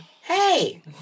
hey